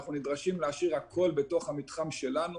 אנחנו נדרשים להשאיר הכול בתוך המתחם שלנו,